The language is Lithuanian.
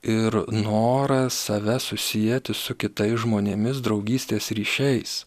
ir norą save susieti su kitais žmonėmis draugystės ryšiais